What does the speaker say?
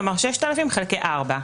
כלומר 6,000 חלקי ארבע.